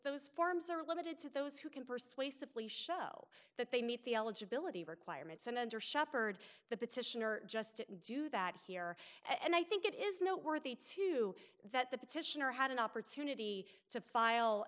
those forms are limited to those who can persuasively show that they meet the eligibility requirements and under shepherd the petitioner just to do that here and i think it is noteworthy too that the petitioner had an opportunity to file